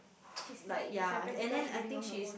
she's li~ is like practically living on her own